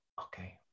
okay